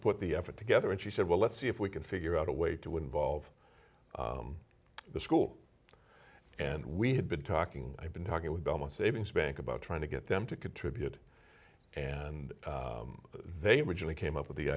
put the effort together and she said well let's see if we can figure out a way to involve the school and we had been talking i've been talking with all my savings bank about trying to get them to contribute and they were just came up with the